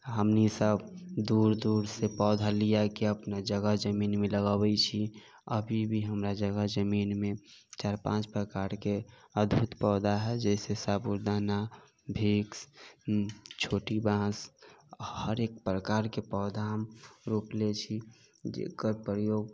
हमनी सब दूर दूर से पौधा लियै के अपना जगह जमीन मे लगबै छी अभी भी हमरा जगह जमीन मे चार पांच प्रकार के अद्भुत पौधा हय जैसे साबूदाना भिक्स छोटी बाँस हरेक प्रकार के पौधा हम रोपले छी जेकर प्रयोग